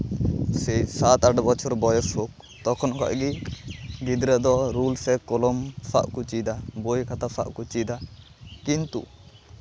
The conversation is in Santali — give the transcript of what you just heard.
ᱥᱮ ᱥᱟᱛ ᱟᱴ ᱵᱚᱪᱷᱚᱨ ᱵᱚᱭᱚᱥ ᱦᱳᱠ ᱛᱚᱠᱷᱚᱱ ᱠᱷᱚᱡ ᱜᱮ ᱜᱤᱫᱽᱨᱟᱹ ᱫᱚ ᱨᱩᱞ ᱥᱮ ᱠᱚᱞᱚᱢ ᱥᱟᱵ ᱠᱚ ᱪᱮᱫᱟ ᱵᱳᱭ ᱠᱷᱟᱛᱟ ᱥᱟᱵ ᱠᱚ ᱪᱮᱫᱟ ᱠᱤᱱᱛᱩ